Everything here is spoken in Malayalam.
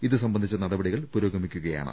ഇതു സംബന്ധിച്ച നടപടികൾ പുരോഗമിക്കുകയാണ്